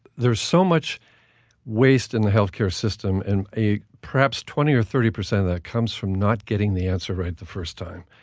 there's so much waste in the health care system, and perhaps twenty or thirty percent of that comes from not getting the answer right the first time.